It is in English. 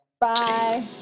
Bye